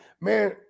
man